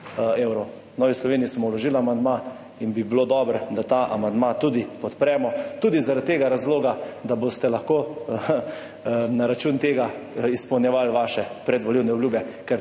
V Novi Sloveniji smo vložili amandma in bi bilo dobro, da ta amandma tudi podpremo. Tudi zaradi razloga, da boste lahko na račun tega izpolnjevali svoje predvolilne obljube.